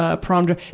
prom